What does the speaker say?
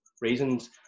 reasons